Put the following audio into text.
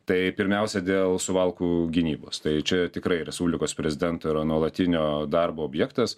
tai pirmiausia dėl suvalkų gynybos tai čia tikrai respublikos prezidento yra nuolatinio darbo objektas